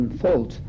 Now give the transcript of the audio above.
fault